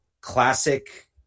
classic